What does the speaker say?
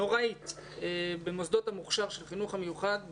נוראית במוסדות המוכשר של החינוך המיוחד.